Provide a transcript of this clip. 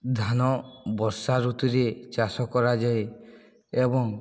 ଧାନ ବର୍ଷା ଋତୁରେ ଚାଷ କରାଯାଏ ଏବଂ